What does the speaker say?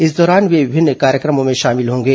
इस दौरान वे विभिन्न कार्यक्रमों में शामिल होंगे